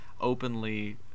openly